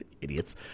idiots